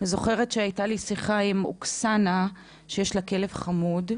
אני זוכרת שהייתה לי שיחה עם אוקסנה שיש לה כלב חמוד,